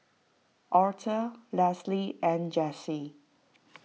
Aurthur Leslie and Jessi